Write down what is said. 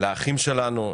לאחים שלנו,